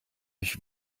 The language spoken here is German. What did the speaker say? euch